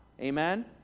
Amen